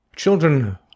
Children